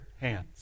hands